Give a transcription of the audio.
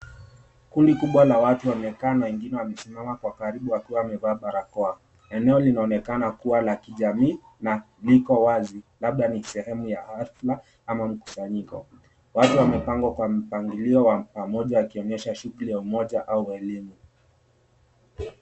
Kundi kubwa la watu wamekaa na wengine kusimama kwa karibu wakiwa wamevaa barakoa, eneo linaonekana kuwa la kijamii na liko wazi labda ni sehemu ya hafla au kusanyiko watu wamepangwa kwa mpangilio wa pamoja wakionyesha shughuli ya umoja au elimu.